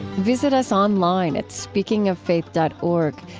visit us online at speakingoffaith dot org.